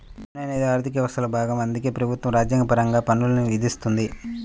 పన్ను అనేది ఆర్థిక వ్యవస్థలో భాగం అందుకే ప్రభుత్వం రాజ్యాంగపరంగా పన్నుల్ని విధిస్తుంది